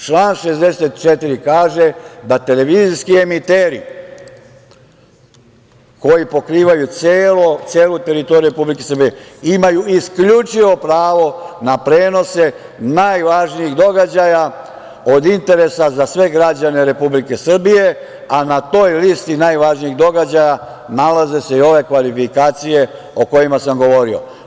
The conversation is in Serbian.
Član 64. kaže da televizijski emiteri koji pokrivaju celu teritoriju Republike Srbije imaju isključivo pravo na prenose najvažnijih događaja od interesa za sve građane Republike Srbije, a na toj listi najvažnijih događaja nalaze se i ove kvalifikacije o kojima sam govorio.